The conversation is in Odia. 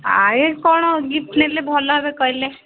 ଆଏ କ'ଣ ଗିପ୍ଟ୍ ନେଲେ ଭଲ ହେବେ କହିଲେ